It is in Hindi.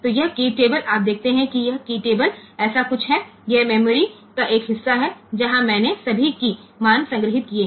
तो यह कीय टेबल आप देखते हैं कि यह कीय टेबल ऐसा कुछ है यह मेमोरी का एक हिस्सा है जहां मैंने सभी कीय मान संग्रहीत किए हैं